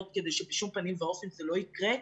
כדי שבשום פנים ואופן זה לא יקרה?